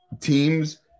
teams